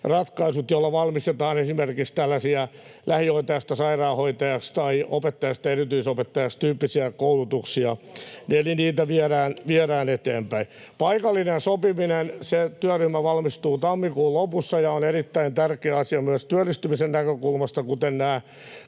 ratkaisut, joilla varmistetaan esimerkiksi tällaisia lähihoitajasta sairaanhoitajaksi- tai opettajasta erityisopettajaksi ‑tyyppisiä koulutuksia. [Antti Lindtman: Ensiksi lakkautatte!] Eli niitä viedään eteenpäin. Paikallinen sopiminen: Se työryhmä valmistuu tammikuun lopussa. Se on erittäin tärkeä asia myös työllistymisen näkökulmasta, kuten nämä